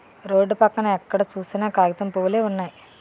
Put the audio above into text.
road పక్కన ఎక్కడ సూసినా కాగితం పూవులే వున్నయి